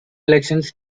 elections